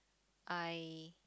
I